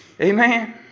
Amen